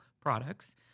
products